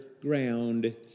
ground